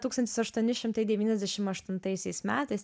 tūkstantis devyni šimtai devyniasdešim aštuntaisiais metais